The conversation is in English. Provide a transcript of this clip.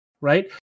right